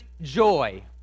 joy